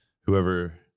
whoever